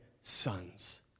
sons